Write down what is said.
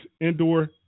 Indoor